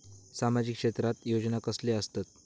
सामाजिक क्षेत्रात योजना कसले असतत?